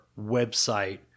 website